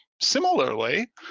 similarly